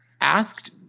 asked